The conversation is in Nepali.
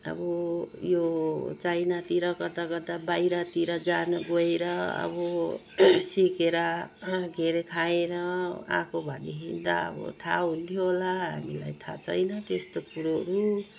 अब यो चाइनातिर कता कता बाहिरतिर जानु गएर अब सिकेर के अरे खाएर आएको भएदेखि त अब थाहा हुन्थ्यो होला हामीलाई त थाहा छैन त्यस्तो कुरोहरू